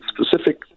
specific